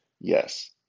Yes